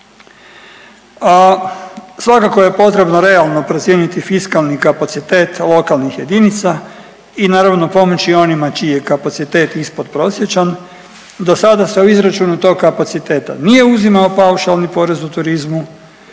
Svakako je potrebno realno procijeniti fiskalni kapacitet lokalnih jedinica i naravno pomoći onima čiji je kapacitet ispod prosječan. Do sada se u izračunu tog kapaciteta nije uzimao paušalni porez u turizmu.